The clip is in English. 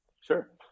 Sure